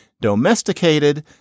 domesticated